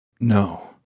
No